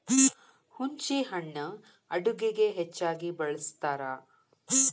ಹುಂಚಿಹಣ್ಣು ಅಡುಗೆಗೆ ಹೆಚ್ಚಾಗಿ ಬಳ್ಸತಾರ